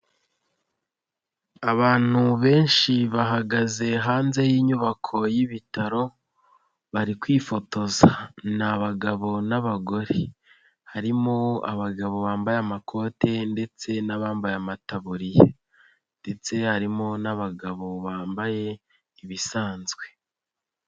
Abantu benshi bahagaze hanze y'inyubako y'ibitaro bari kwifotoza ni abagabo n'abagore, harimo abagabo bambaye amakote ndetse n'abambaye amataburiya ndetse harimo n'abagabo bambaye ibisanzwe.